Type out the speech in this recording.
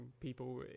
people